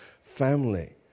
family